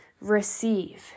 receive